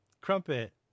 Crumpet